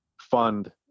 fund